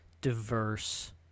diverse